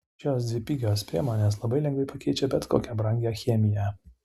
šios dvi pigios priemonės labai lengvai pakeičia bet kokią brangią chemiją